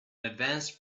advanced